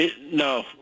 No